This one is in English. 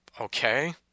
okay